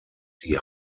die